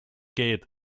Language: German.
geht